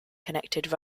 connected